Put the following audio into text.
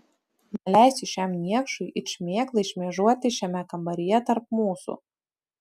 neleisiu šiam niekšui it šmėklai šmėžuoti šiame kambaryje tarp mūsų